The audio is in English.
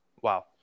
Wow